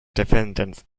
defendant